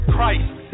Christ